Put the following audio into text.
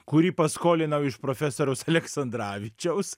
kurį paskolinau iš profesoriaus aleksandravičiaus